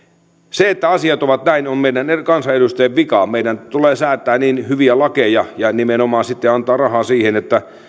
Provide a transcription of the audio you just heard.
se että asiat ovat näin on meidän kansanedustajien vika meidän tulee säätää niin hyviä lakeja ja nimenomaan sitten antaa rahaa siihen että